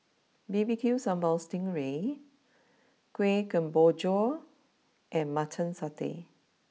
B B Q Sambal Sting Ray Kuih Kemboja and Mutton Satay